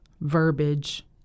verbiage